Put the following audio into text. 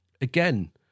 Again